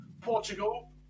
Portugal